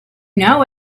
know